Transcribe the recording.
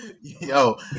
yo